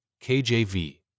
KJV